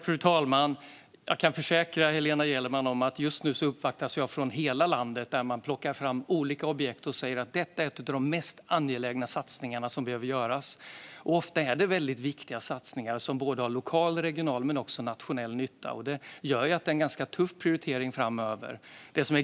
Fru talman! Jag kan försäkra Helena Gellerman om att jag just nu uppvaktas från hela landet, och man plockar fram olika objekt och poängterar hur angelägna de är. Ofta är det viktiga satsningar med lokal, regional och nationell nytta, vilket gör prioriteringen ganska tuff framöver.